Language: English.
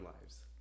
lives